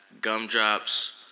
Gumdrop's